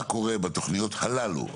מה קורה בתכניות הללו.